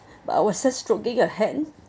but I was there stroking her hand